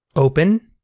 open.